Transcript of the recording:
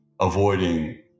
avoiding